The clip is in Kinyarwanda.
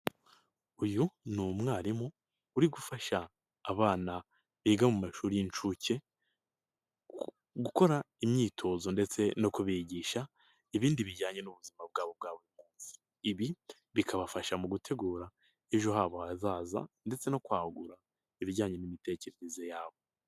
Uyu ni umwarimu uri gufasha abana biga mu mashuri y'incuke gukora imyitozo ndetse no kubigisha ibindi bijyanye n'ubuzima bwabo bwa buri munsi, ibi bikabafasha mu gutegura ejo habo hazaza ndetse no kwagura ibijyanye n'imitekerereze yabo.